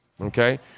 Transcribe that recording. okay